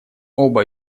оба